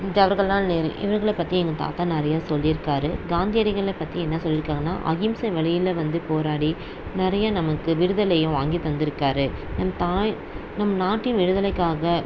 ஜவர்ஹலால் நேரு இவர்களை பற்றி எங்கள் தாத்தா நிறைய சொல்லியிருக்காரு காந்தியடிகளை பற்றி என்ன சொல்லியிருக்காங்கன்னா அகிம்சை வழியில் வந்து போராடி நிறைய நமக்கு விடுதலையும் வாங்கி தந்துருக்கார் என் தாய் நம் நாட்டின் விடுதலைக்காக